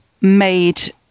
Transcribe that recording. made